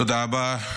תודה רבה.